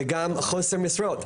וגם חוסר משרות.